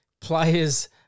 players